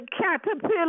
caterpillar